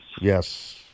Yes